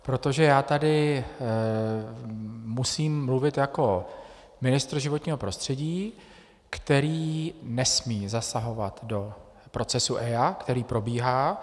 Protože já tady musím mluvit jako ministr životního prostředí, který nesmí zasahovat do procesu EIA, který probíhá.